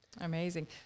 Amazing